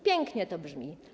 Pięknie to brzmi.